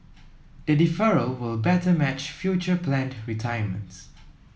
the deferral will better match future planned retirements